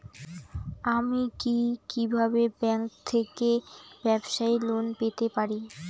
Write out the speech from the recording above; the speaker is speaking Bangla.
আমি কি কিভাবে ব্যাংক থেকে ব্যবসায়ী লোন পেতে পারি?